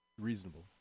Reasonable